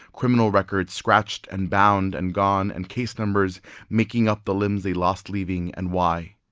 criminal records scratched and bound and gone and case numbers making up the limbs they lost leaving and why?